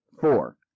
Four